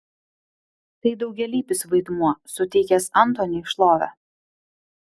tai daugialypis vaidmuo suteikęs antoniui šlovę